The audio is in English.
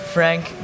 Frank